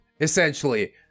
essentially